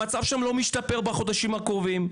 המצב שם לא משתפר בחודשים הקרובים.